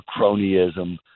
cronyism